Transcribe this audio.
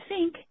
sink